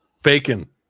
Bacon